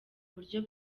uburyo